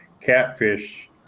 catfish